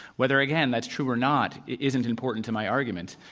whether, again, that's true or not isn't important to my argument.